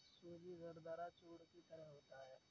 सूजी दरदरा चूर्ण की तरह होता है